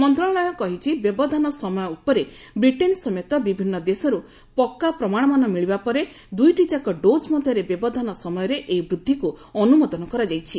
ମନ୍ତ୍ରଣାଳୟ କହିଛି ବ୍ୟବଧାନ ସମୟ ଉପରେ ବ୍ରିଟେନ୍ ସମେତ ବିଭିନ୍ନ ଦେଶରୁ ପକା ପ୍ରମାଣମାନ ମିଳିବା ପରେ ଦୁଇଟିଯାକ ଡୋଜ୍ ମଧ୍ୟରେ ବ୍ୟବଧାନ ସମୟରେ ଏହି ବୃଦ୍ଧିକୁ ଅନୁମୋଦନ କରାଯାଇଛି